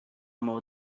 more